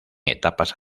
etapas